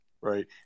Right